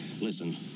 Listen